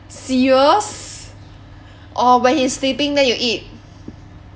serious or when he sleeping then you eat